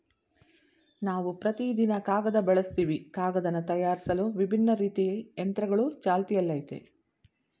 ನಾವು ಪ್ರತಿದಿನ ಕಾಗದ ಬಳಸ್ತಿವಿ ಕಾಗದನ ತಯಾರ್ಸಲು ವಿಭಿನ್ನ ರೀತಿ ಯಂತ್ರಗಳು ಚಾಲ್ತಿಯಲ್ಲಯ್ತೆ